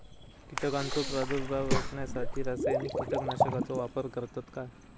कीटकांचो प्रादुर्भाव रोखण्यासाठी रासायनिक कीटकनाशकाचो वापर करतत काय?